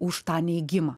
už tą neigimą